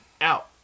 out